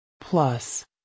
Plus